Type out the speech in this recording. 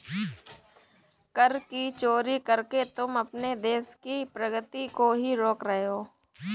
कर की चोरी करके तुम अपने देश की प्रगती को ही रोक रहे हो